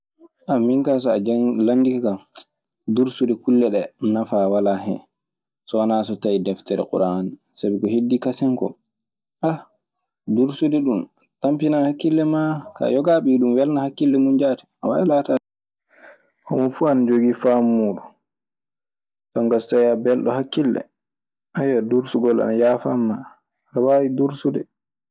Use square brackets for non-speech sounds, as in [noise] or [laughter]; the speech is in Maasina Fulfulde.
[hesitation] minka so a landike kan dursude kulle ɗee nafaa walaa hen. So wanaa so tawii deftereɓuraana. Sabi ko heddii kaseŋ koo tampinan hakkille maa kaa yogaaɓe e ɗun hakkille mun jaati. Ana waawi laataade. Homo fuu ana jogii faamu muuɗun. Jon kaa so tawii a belɗo hakkille [hesitation] dursugol ana yaafan maa, aɗe waawi dursude.